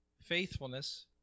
faithfulness